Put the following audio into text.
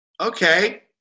okay